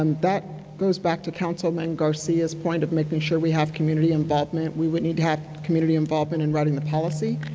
um goes back to councilman garcia's point of making sure we have community involvement. we would need to have community involvement in writing the policy.